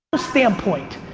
ah standpoint,